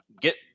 get